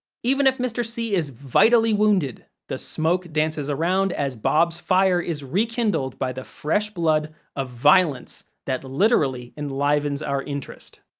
even if mr. c is vitally wounded, the smoke dances around as bob's fire is rekindled by the fresh blood of violence that literally enlivens our interest.